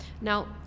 Now